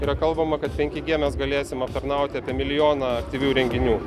yra kalbama kad penki gie mes galėsim aptarnauti apie milijoną aktyvių renginių